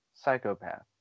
psychopath